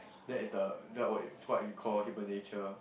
that is the that what you is what you call human nature